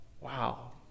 Wow